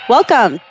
Welcome